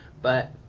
but